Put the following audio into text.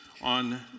on